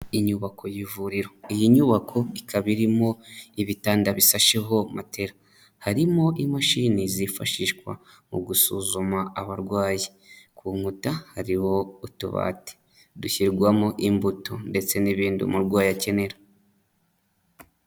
Inyubako y'ivuriro, iyi nyubako ikaba irimo ibitanda bishasheho matera. Harimo imashini zifashishwa mu gusuzuma abarwayi. Ku nkuta hariho utubati dushyirwamo imbuto ndetse n'ibindi umurwayi akenera.